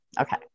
Okay